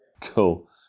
Cool